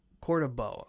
Cordoba